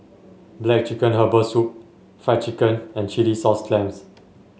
black chicken Herbal Soup Fried Chicken and Chilli Sauce Clams